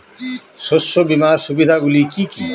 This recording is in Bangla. শস্য বীমার সুবিধা গুলি কি কি?